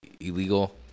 illegal